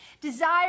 Desire